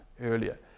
earlier